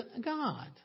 God